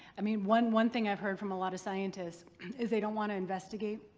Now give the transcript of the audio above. i mean one one thing i've heard from a lot of scientists and is they don't want to investigate,